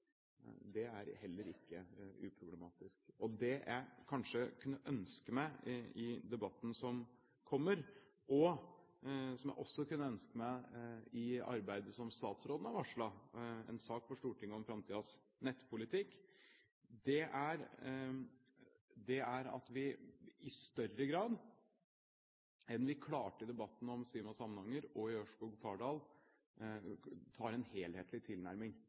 Det er heller ikke uproblematisk. Det jeg kanskje kunne ønske meg i debatten som kommer, og som jeg også kunne ønske meg i arbeidet som statsråden har varslet – en sak for Stortinget om framtidens nettpolitikk – er at vi i større grad enn det vi klarte i debatten om Sima–Samnanger og Ørskog–Fardal, har en helhetlig tilnærming.